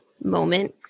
moment